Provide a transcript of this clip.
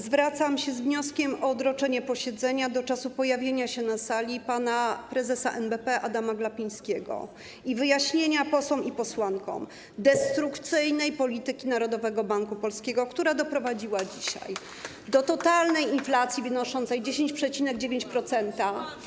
Zwracam się z wnioskiem o odroczenie posiedzenia do czasu pojawienia się na sali pana prezesa NBP Adama Glapińskiego i wyjaśnienia posłom i posłankom destrukcyjnej polityki Narodowego Banku Polskiego, która doprowadziła dzisiaj do totalnej inflacji wynoszącej 10,9%.